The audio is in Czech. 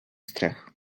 střech